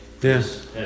Yes